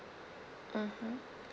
mmhmm